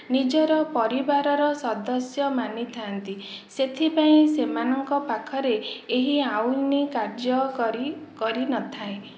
ନିଜର ପରିବାରର ସଦସ୍ୟ ମାନିଥାନ୍ତି ସେଥିପାଇଁ ସେମାନଙ୍କ ପାଖରେ ଏହି ଆଇନ କାର୍ଯ୍ୟ କରି କରି କରିନଥାଏ